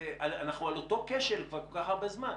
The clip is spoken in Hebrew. אנחנו על אותו כשל כבר כל כך הרבה זמן.